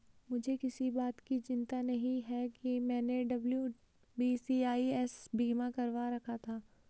मुझे किसी बात की चिंता नहीं है, मैंने डब्ल्यू.बी.सी.आई.एस बीमा करवा रखा था